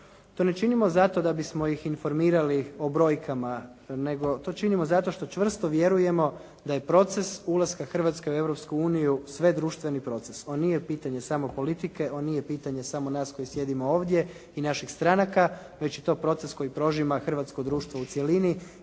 to ne činimo zato da bismo ih informirali o brojkama nego to činimo zato što čvrsto vjerujemo da je proces ulaska Hrvatske u Europsku uniju svedruštveni proces. On nije pitanje samo politike, on nije pitanje samo nas koji sjedimo ovdje i naših stranaka već je to proces koji prožima hrvatsko društvo u cjelini